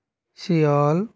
Seoul